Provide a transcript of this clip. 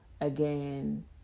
again